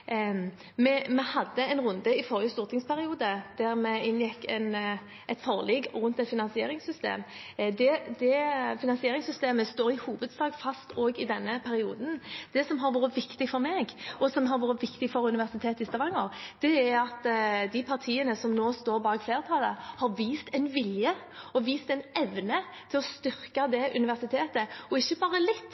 Vi hadde en runde i forrige stortingsperiode der vi inngikk forlik om et finansieringssystem. Det finansieringssystemet står i hovedsak fast også i denne perioden. Det som har vært viktig for meg, og som har vært viktig for Universitetet i Stavanger, er at de partiene som nå står bak flertallet, har vist en vilje og en evne til å styrke det universitetet. Og ikke bare litt: